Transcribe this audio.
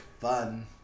Fun